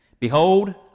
Behold